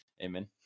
amen